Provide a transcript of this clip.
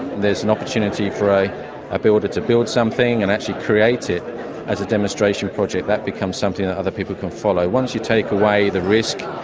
there's an opportunity for a a builder to build something and actually create it as a demonstration project. that becomes something that other people can follow. once you take away the risk,